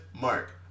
mark